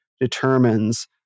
determines